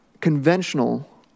conventional